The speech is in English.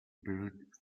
build